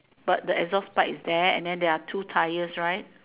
but the exhaust pipe is there and then there are two tires right